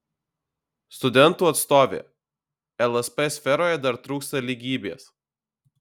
studentų atstovė lsp sferoje dar trūksta lygybės